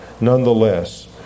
nonetheless